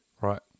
Right